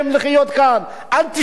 לא תקבלו טיפול רפואי,